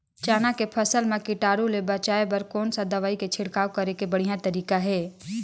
चाना के फसल मा कीटाणु ले बचाय बर कोन सा दवाई के छिड़काव करे के बढ़िया तरीका हे?